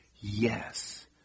Yes